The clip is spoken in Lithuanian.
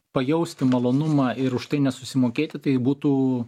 pajausti malonumą ir už tai nesusimokėti tai būtų